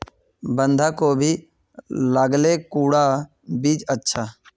बंधाकोबी लगाले कुंडा बीज अच्छा?